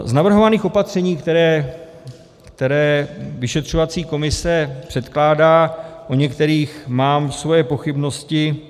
Z navrhovaných opatření, která vyšetřovací komise předkládá, u některých mám své pochybnosti.